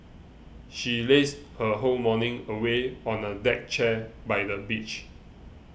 she lazed her whole morning away on a deck chair by the beach